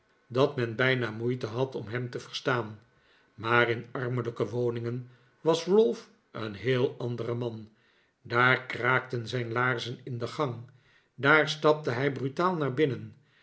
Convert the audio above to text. dat men bijna moeite had om hem te verstaan maar in armelijke woningen was ralph een heel andere man daar kraakten zijn laarzen in de gang daar stapte hij brutaal naar binnen